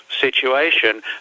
situation